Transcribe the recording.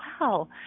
wow